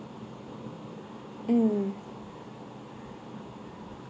mm